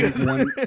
One